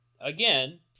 again